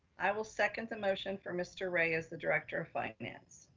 i will second the motion for mr. ray as the director of finance.